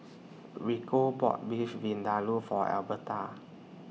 Rico bought Beef Vindaloo For Elberta